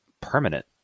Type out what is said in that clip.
permanent